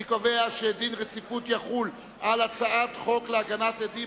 אני קובע שדין רציפות יחול על הצעת חוק הגנת עדים,